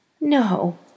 no